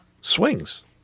swings